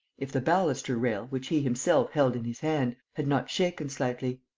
if the baluster-rail, which he himself held in his hand, had not shaken slightly.